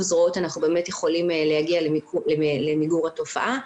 זרועות אנחנו יכולים להגיע למיגור התופעה.